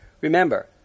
Remember